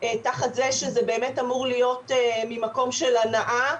תחת זה שזה באמת אמור להיות ממקום של הנאה,